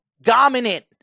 dominant